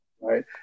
Right